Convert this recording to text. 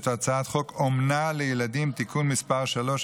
את הצעת חוק אומנה לילדים (תיקון מס' 3),